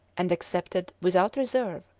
and accepted, without reserve,